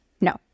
no